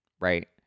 right